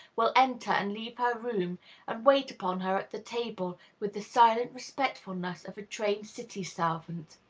will enter and leave her room and wait upon her at the table with the silent respectfulness of a trained city servant.